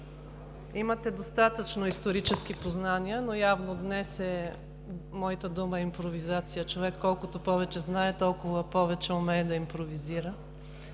Имате достатъчно исторически познания, но явно днес моята дума е „импровизация“ – човек, колкото повече знае, толкова повече умее да импровизира.